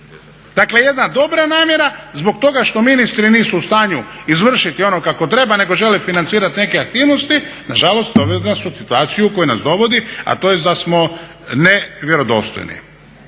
Dakle jedna dobra namjera zbog toga što ministri nisu u stanju izvršiti ono kako treba nego žele financirat neke aktivnosti, nažalost dovedena su u situaciju u koju nas dovodi, a to je da smo ne vjerodostojni.